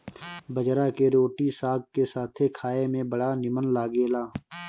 बजरा के रोटी साग के साथे खाए में बड़ा निमन लागेला